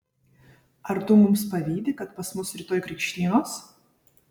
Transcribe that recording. ar tu mums pavydi kad pas mus rytoj krikštynos